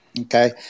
Okay